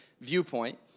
viewpoint